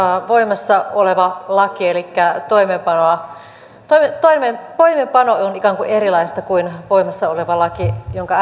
voimassa oleva laki elikkä toimeenpano on ikään kuin erilaista kuin voimassa oleva laki jonka